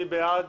מי שבעד